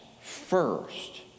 first